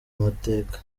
amateka